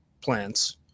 plants